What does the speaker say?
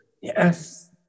Yes